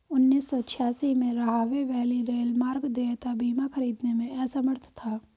उन्नीस सौ छियासी में, राहवे वैली रेलमार्ग देयता बीमा खरीदने में असमर्थ था